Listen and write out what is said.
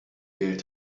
gilt